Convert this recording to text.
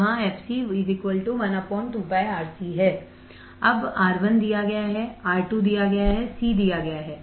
जहाँ fc 12πRC अब R1 दिया गया है R2 दिया गया है C दिया गया है